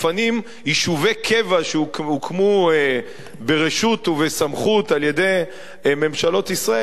מפנים יישובי קבע שהוקמו ברשות ובסמכות על-ידי ממשלות ישראל,